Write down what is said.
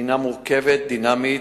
מורכבת ודינמית.